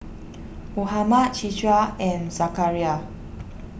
Muhammad Citra and Zakaria